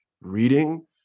Reading